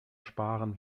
sparen